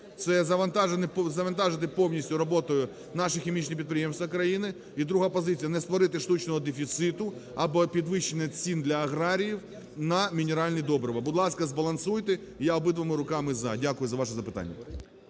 це завантажити повністю роботою наші хімічні підприємства країни і друга позиція – не створити штучного дефіциту або підвищення цін для аграріїв на мінеральні добрива. Будь ласка, збалансуйте. Я обома руками за. Дякую за ваше запитання.